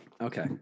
Okay